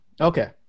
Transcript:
Okay